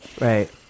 Right